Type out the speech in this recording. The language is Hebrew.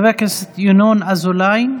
חבר הכנסת ינון אזולאי,